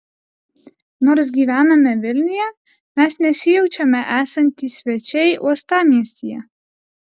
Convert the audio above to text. nors gyvename vilniuje mes nesijaučiame esantys svečiai uostamiestyje